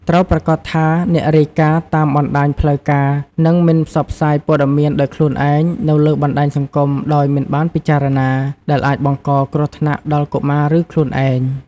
ត្រូវប្រាកដថាអ្នករាយការណ៍តាមបណ្ដាញផ្លូវការ និងមិនផ្សព្វផ្សាយព័ត៌មានដោយខ្លួនឯងនៅលើបណ្ដាញសង្គមដោយមិនបានពិចារណា ដែលអាចបង្កគ្រោះថ្នាក់ដល់កុមារ ឬខ្លួនឯង។